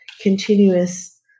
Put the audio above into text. continuous